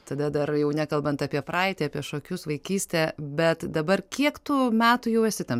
tada dar jau nekalbant apie praeitį apie šokius vaikystę bet dabar kiek tu metų jau esi tam